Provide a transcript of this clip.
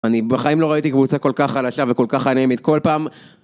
אני בחיים לא ראיתי קבוצה כל כך חלשה וכל כך אנמית, כל פעם...